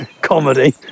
comedy